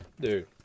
Dude